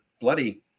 bloody